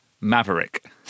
Maverick